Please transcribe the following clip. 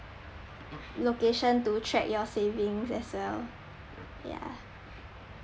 location to track your savings as well ya